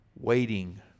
waiting